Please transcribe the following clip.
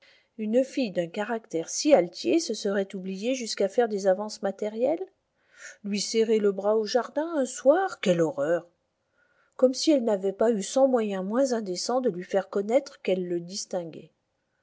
une fille d'un caractère si altier se serait oubliée jusqu'à faire des avances matérielles lui serrer le bras au jardin un soir quelle horreur comme si elle n'avait pas eu cent moyens moins indécents de lui faire connaître qu'elle le distinguait